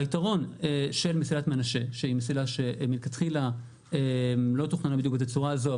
היתרון של מסילת מנשה שהיא מסילה שמלכתחילה לא תוכננה בדיוק בתצורה הזו,